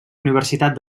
universitat